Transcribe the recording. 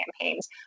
campaigns